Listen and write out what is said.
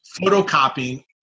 photocopying